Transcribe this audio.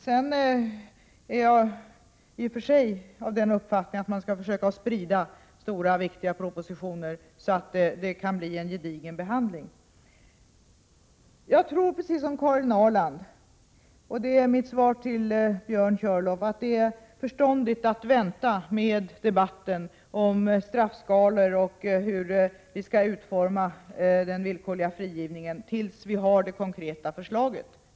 Sedan har jag i och för sig den uppfattningen att man skall försöka sprida stora och viktiga propositioner, så att det kan bli en gedigen behandling. Jag tror precis som Karin Ahrland, och det är mitt svar till Björn Körlof, att det är förståndigt att vänta med debatten om straffskalor och om hur vi skall utforma den villkorliga frigivningen, tills vi har det konkreta förslaget färdigt.